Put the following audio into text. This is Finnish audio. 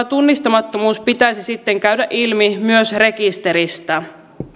tunnistamattomuuden pitäisi sitten käydä ilmi myös rekisteristä